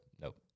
nope